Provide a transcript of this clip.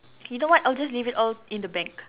you know what I'll just leave it all in the bank